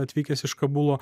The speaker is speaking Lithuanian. atvykęs iš kabulo